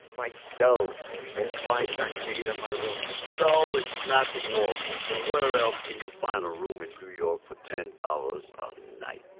my cells were ah five times bigger than my room. so it's not the waldorf, but where else can you find a room in new york for ten dollars a night?